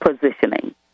positioning